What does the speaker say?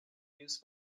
use